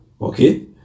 Okay